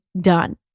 done